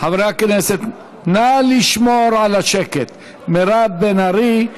חברי הכנסת, נא לשמור על השקט, מירב בן ארי.